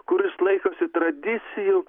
kuris laikosi tradicijų